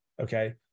okay